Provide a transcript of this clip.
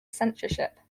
censorship